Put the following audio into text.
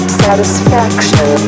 satisfaction